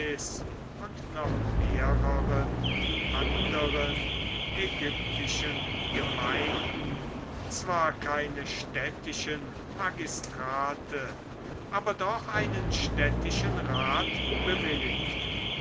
und noch mehreren anderen ägyptischen gemeinden zwar keine städtischen magistrate aber doch einen städtischen rat bewilligt